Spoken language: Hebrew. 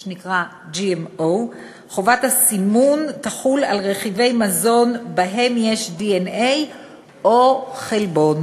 מה שנקרא GMO. חובת הסימון תחול על רכיבי מזון שיש בהם דנ"א או חלבון